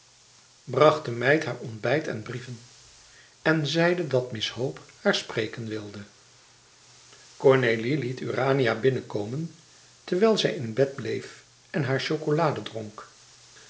bracht de meid haar ontbijt en brieven en zeide dat miss hope haar spreken wilde cornélie liet urania binnen komen terwijl zij in bed bleef en hare chocolâ dronk